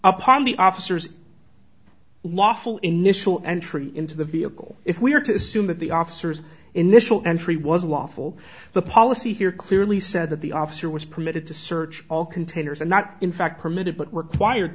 upon the officers lawful initial entry into the vehicle if we are to assume that the officers in this will entry was lawful the policy here clearly said that the officer was permitted to search all containers and not in fact permitted but required